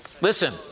listen